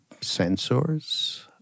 censors